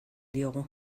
diogu